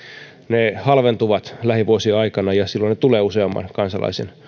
ne halventuvat lähivuosien aikana ja silloin ne tulevat useamman kansalaisen